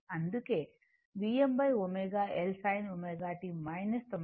అందుకే iL Vmω L sin ω t 90 o